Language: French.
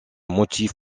motif